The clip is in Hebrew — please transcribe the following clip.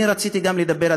אני רציתי גם לדבר,